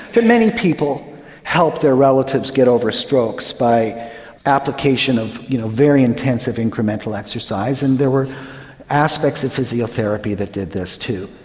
but many people helped their relatives get over strokes by application of you know very intensive incremental exercise. and there were aspects of physiotherapy that did this too.